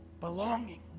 belonging